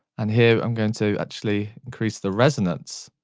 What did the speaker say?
and here, i'm going to actually increase the resonance